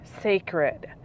sacred